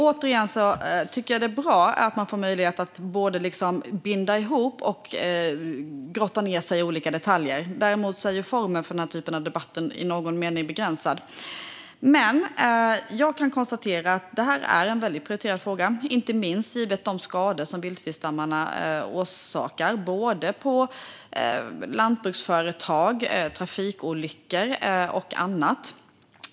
Återigen tycker jag att det är bra att man får möjlighet att både binda ihop och grotta ned sig i olika detaljer. Däremot är ju formen för den här typen av debatter i någon mening begränsad. Jag kan konstatera att detta är en väldigt prioriterad fråga, inte minst givet de skador som vildsvinsstammarna orsakar, både på lantbruksföretag och i form av trafikolyckor och annat.